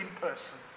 person